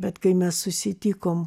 bet kai mes susitikom